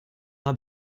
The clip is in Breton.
dra